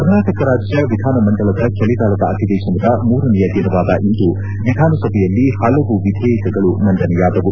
ಕರ್ನಾಟಕ ರಾಜ್ಯ ವಿಧಾನಮಂಡಲದ ಚಳಿಗಾಲದ ಅಧಿವೇಶನದ ಮೂರನೆಯ ದಿನವಾದ ಇಂದು ವಿಧಾನಸಭೆಯಲ್ಲಿ ಹಲವು ವಿಧೇಯಕಗಳು ಮಂಡನೆಯಾದವು